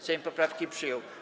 Sejm poprawki przyjął.